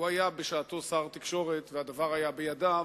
הוא היה בשעתו שר התקשורת, והדבר היה בידיו